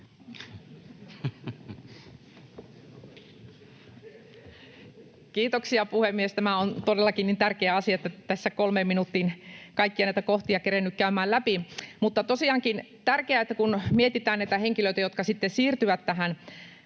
Kiitoksia, puhemies! Tämä on todellakin niin tärkeä asia, että en tässä kolmeen minuuttiin kaikkia näitä kohtia kerennyt käymään läpi. — Tosiaankin on tärkeää, kun mietitään näitä henkilöitä, jotka sitten siirtyvät tähän